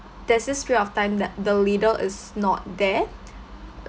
there's this period of time that the leader is not there